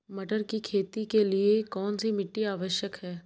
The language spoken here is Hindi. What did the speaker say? मटर की खेती के लिए कौन सी मिट्टी आवश्यक है?